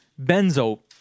benzo